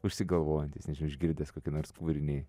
užsigalvojantis nežinau išgirdęs kokį nors kūrinį